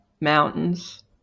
mountains